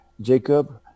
Jacob